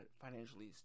financially